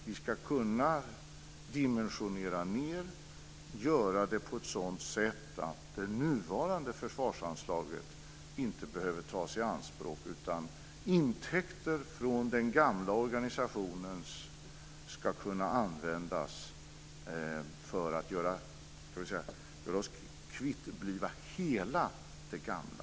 Vi ska kunna dimensionera ned på ett sådant sätt att det nuvarande försvarsanslaget inte behöver tas i anspråk. Intäkter från den gamla organisationen ska kunna användas för att göra oss kvitt allt det gamla.